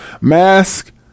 Mask